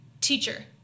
teacher